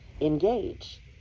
engage